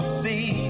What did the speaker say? see